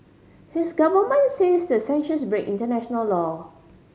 his government says the sanctions break international law